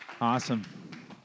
Awesome